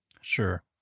Sure